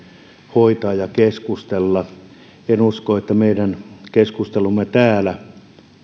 hoitaa ja keskustella en usko että meidän keskustelumme täällä